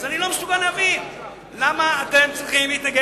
אז אני לא מסוגל להבין למה אתם צריכים להתנגד